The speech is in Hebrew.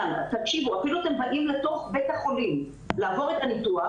אפילו אם אתם באים לתוך בית החולים לעבור את הניתוח,